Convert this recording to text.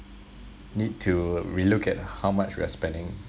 need to relook at how much we are spending